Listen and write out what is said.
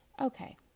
Okay